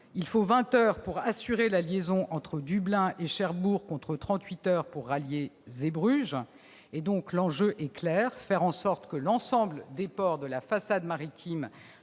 il faut vingt heures pour assurer la liaison entre Dublin et Cherbourg, contre trente-huit heures pour rallier Zeebruges. L'enjeu est donc clair : faire en sorte que l'ensemble des ports de la façade maritime